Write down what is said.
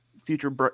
Future